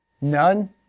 None